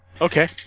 Okay